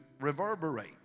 reverberate